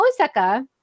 Osaka